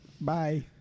Bye